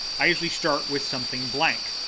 i usually start with something blank.